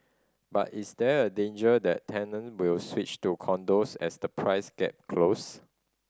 but is there a danger that tenant will switch to condos as the price gap close